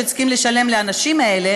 שצריכים לשלם לאנשים האלה